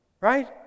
Right